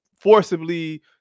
forcibly